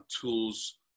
Tools